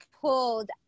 pulled